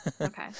Okay